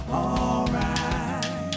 alright